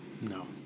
No